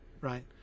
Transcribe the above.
right